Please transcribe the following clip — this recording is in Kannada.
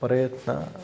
ಪ್ರಯತ್ನ